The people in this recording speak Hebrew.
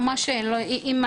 אם הם